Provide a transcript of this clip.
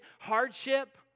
Hardship